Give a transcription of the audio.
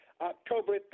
October